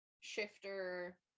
shifter